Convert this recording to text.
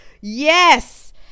Yes